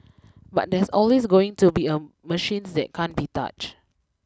but there's always going to be a machines that can't be touched